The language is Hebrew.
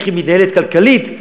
איך היא מתנהלת כלכלית,